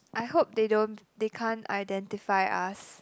I hope they don't they can't identify us